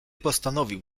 postanowił